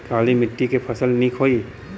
काली मिट्टी क फसल नीक होई?